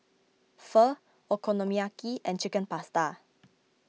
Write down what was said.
Pho Okonomiyaki and Chicken Pasta